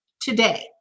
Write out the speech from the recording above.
today